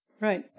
Right